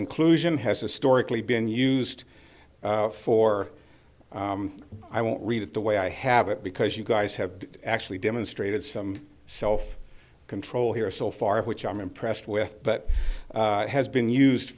inclusion has historically been used for i won't read it the way i have it because you guys have actually demonstrated some self control here so far which i'm impressed with but has been used